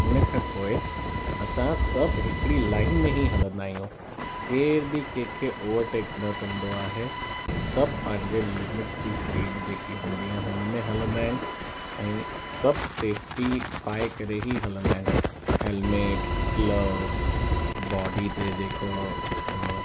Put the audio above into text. हुनखे पोइ असां सभु हिकिड़ी लाइन में ई हलंदा आहियूं केर बि कंहिं खे ओवरटेक न कंदो आहे सभु पंहिंजे लिमिट जी स्पीड जे कि हूंदी आहे हुन में हलंदा आहिनि ऐं सभु सेफ़्टी पाए करे ई हलंदा आहिनि हेलमेट ग्लव्स बॉडी ते जेको